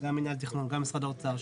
גם מנהל התכנון וגם משרד האוצר,